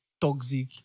toxic